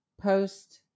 post